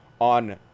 on